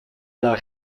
leur